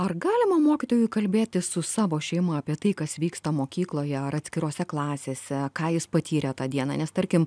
ar galima mokytojui kalbėtis su savo šeima apie tai kas vyksta mokykloje ar atskirose klasėse ką jis patyrė tą dieną nes tarkim